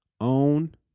own